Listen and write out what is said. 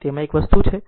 તેથી આ એક વસ્તુ છે